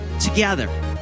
together